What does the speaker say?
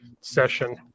session